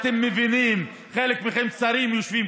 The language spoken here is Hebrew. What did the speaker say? אתה הראשון